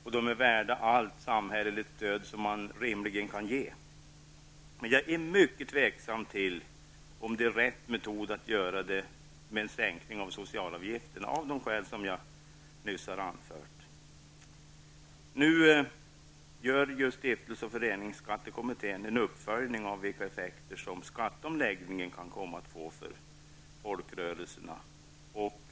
Den är värd allt samhällsstöd som rimligen kan ges. Jag är dock mycket tveksam till om det är rätt metod att göra det via en sänkning av socialavgifterna, av skäl som jag nyss anfört. Nu gör ju stiftelse och föreningsskattekommittén en uppföljning av vilka effekter skatteomläggningen kan komma att få för folkrörelserna.